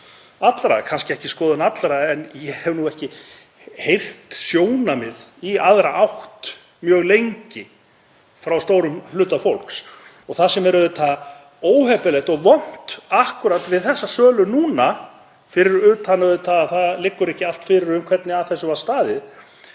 er kannski ekki skoðun allra en ég hef ekki heyrt sjónarmið í aðra átt mjög lengi frá stórum hluta fólks. Það sem er auðvitað óheppilegt og vont við þessa sölu núna, fyrir utan að það liggur ekki allt fyrir um hvernig að henni var staðið,